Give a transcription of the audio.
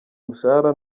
mushahara